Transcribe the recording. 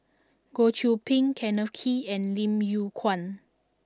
Goh Qiu Bin Kenneth Kee and Lim Yew Kuan